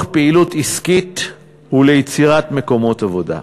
פעילות עסקית וליצירת מקומות עבודה.